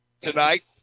tonight